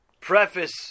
preface